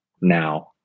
now